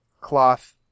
cloth